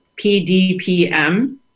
PDPM